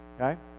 Okay